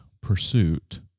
pursuit